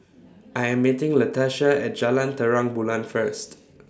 I Am meeting Latasha At Jalan Terang Bulan First